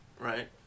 Right